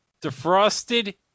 Defrosted